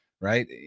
right